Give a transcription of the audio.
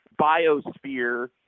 biosphere